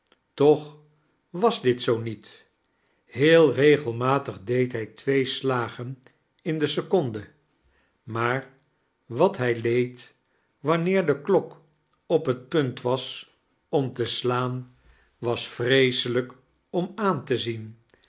toch was dit zoo niet heel regelmatig deed hij twee slagen in de seconde maar wat hij leed wanneer de klok op het punt was om te slaan was vreeselijk om aan te zien